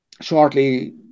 shortly